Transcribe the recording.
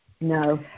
No